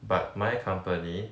but my company